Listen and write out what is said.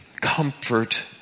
comfort